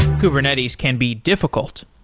kubernetes can be difficult.